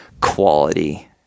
quality